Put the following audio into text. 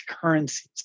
currencies